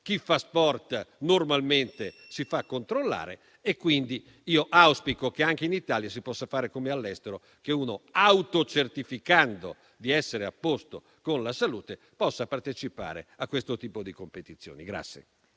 Chi fa sport normalmente si fa controllare e quindi auspico che anche in Italia si possa fare come all'estero, dove autocertificando di essere a posto con la salute si può partecipare a questo tipo di competizioni.